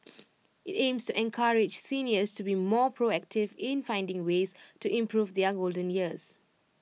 IT aims encourage seniors to be more proactive in finding ways to improve their golden years